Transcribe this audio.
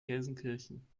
gelsenkirchen